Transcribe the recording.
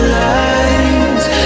lines